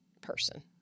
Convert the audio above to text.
person